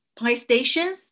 PlayStations